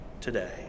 today